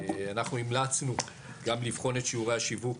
אנחנו המלצנו גם לבחון את שיעורי השיווק